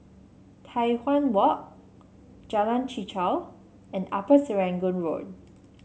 Tai Hwan Walk Jalan Chichau and Upper Serangoon Road